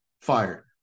fired